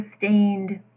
sustained